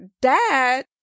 dad